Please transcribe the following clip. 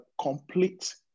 complete